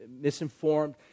misinformed